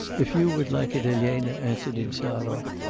if you would like it, elena answered insarov,